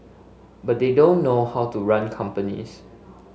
but they don't know how to run companies